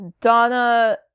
Donna